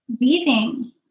leaving